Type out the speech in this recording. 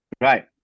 right